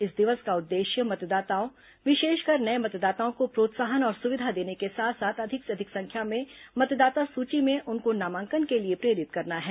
इस दिवस का उद्देश्य मतदाताओं विशेषकर नये मतदाताओं को प्रोत्साहन और सुविधा देने के साथ साथ अधिक से अधिक संख्या में मतदाता सूची में उनको नामांकन के लिए प्रेरित करना है